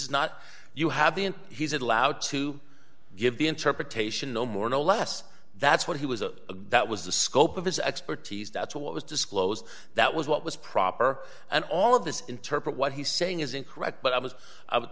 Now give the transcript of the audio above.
is not you have the he's allowed to give the interpretation no more no less that's what he was a that was the scope of his expertise that's what was disclosed that was what was proper and all of this interpret what he's saying is incorrect but i was i